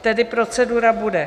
Tedy procedura bude: